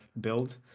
build